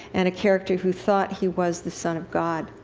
and a character who thought he was the son of god.